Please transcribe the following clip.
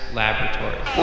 laboratory